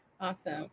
Awesome